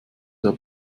der